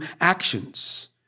actions